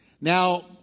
Now